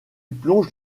plonge